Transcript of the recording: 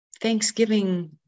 Thanksgiving